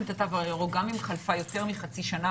את התו הירוק גם אם חלפה יותר מחצי שנה.